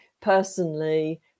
personally